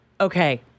Okay